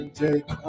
take